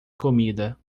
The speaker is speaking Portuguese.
comida